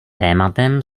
tématem